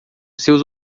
seus